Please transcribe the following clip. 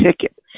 ticket